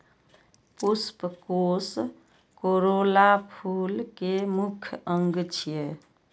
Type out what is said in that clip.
पुष्पकोष कोरोला फूल के मुख्य अंग छियै